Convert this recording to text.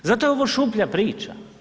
Zato je ovo šuplja priča.